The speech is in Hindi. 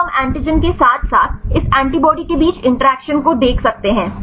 तो हम एंटीजन के साथ साथ इस एंटीबॉडी के बीच इंटरेक्शन को देख सकते हैं